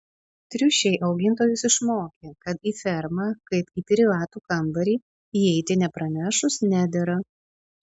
triušiai augintojus išmokė kad į fermą kaip į privatų kambarį įeiti nepranešus nedera